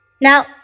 Now